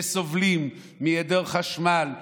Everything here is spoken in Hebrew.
שסובלים מהיעדר חשמל,